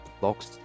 blocks